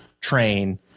train